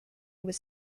was